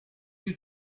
you